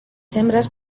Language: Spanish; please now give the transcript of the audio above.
hembras